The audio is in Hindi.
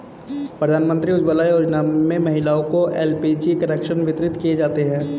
प्रधानमंत्री उज्ज्वला योजना में महिलाओं को एल.पी.जी कनेक्शन वितरित किये जाते है